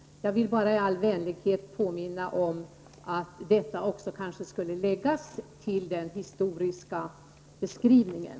Jag ville bara i all vänlighet påminna om att kanske också detta borde läggas till den historiska beskrivningen.